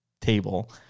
table